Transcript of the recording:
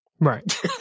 Right